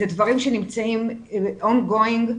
אלה דברים שנמצאים ongoing,